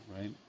right